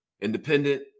Independent